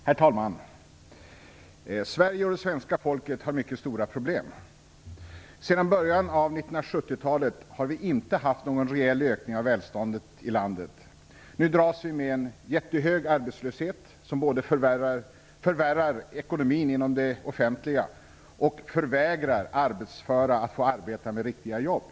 Herr talman! Sverige och svenska folket har mycket stora problem. Sedan början av 1970-talet har vi inte haft någon reell ökning av välståndet i landet. Nu dras vi med en jättehög arbetslöshet, som både förvärrar ekonomin inom det offentliga området och förvägrar arbetsföra att få arbeta i riktiga jobb.